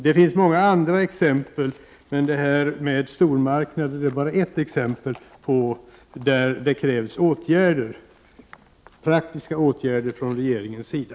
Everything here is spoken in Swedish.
Det finns många andra exempel. Detta med stormarknader är bara ett exempel på områden där det krävs åtgärder, praktiska åtgärder från regeringens sida.